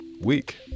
week